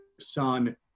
son